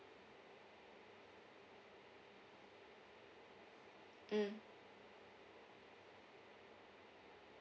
mm